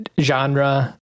genre